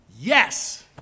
yes